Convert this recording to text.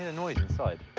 ah noise inside.